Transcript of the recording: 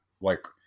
like-